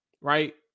right